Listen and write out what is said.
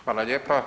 Hvala lijepa.